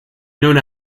known